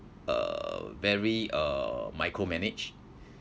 uh very uh micromanage